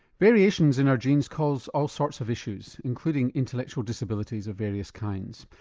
variations in our genes cause all sorts of issues including intellectual disabilities of various kinds.